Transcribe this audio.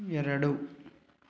ಎರಡು